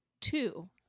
two